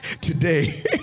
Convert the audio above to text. today